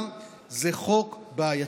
גם זה חוק בעייתי.